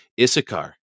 Issachar